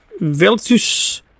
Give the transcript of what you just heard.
Veltus